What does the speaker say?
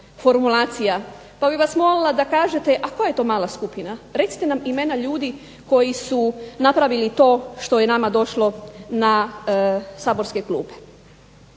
formulacija pa bih vas molila da kažete a koja je to mala skupina? Recite nam imena ljudi koji su napravili to što je nama došlo na saborske klupe.